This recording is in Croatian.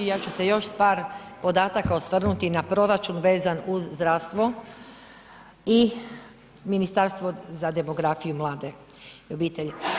Ja ću se još s par podataka osvrnuti na proračun vezan uz zdravstvo i Ministarstvo za demografiju, mlade i obitelj.